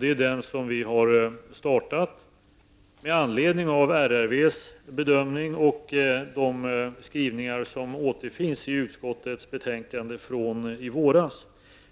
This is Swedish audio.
Vi har startat översynen med anledning av RRVs bedömning och de skrivningar som återfinns i utskottets betänkande från i våras.